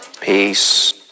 peace